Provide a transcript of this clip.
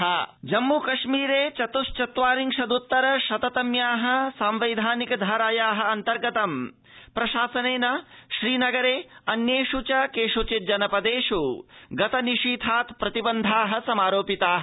जम्मूकश्मीर प्रतिबन्धा जम्मू कश्मीर चत्थत्वारिशद्तर शत तम्याः सांवैधानिक धारायाः अन्तर्गतं प्रशासेन श्रीनगरे अन्येष् च केषुचिज्जनपदेष् गत निशीथात् प्रतिबन्धाः समारोपिताः